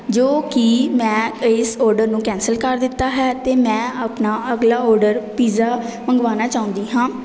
ਜੋ ਕਿ ਮੈਂ ਇਸ ਔਰਡਰ ਨੂੰ ਕੈਂਸਲ ਕਰ ਦਿੱਤਾ ਹੈ ਅਤੇ ਮੈਂ ਆਪਣਾ ਅਗਲਾ ਔਰਡਰ ਪੀਜ਼ਾ ਮੰਗਵਾਉਣਾ ਚਾਹੁੰਦੀ ਹਾਂ